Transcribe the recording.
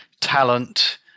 talent